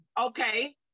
Okay